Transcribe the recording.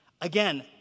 Again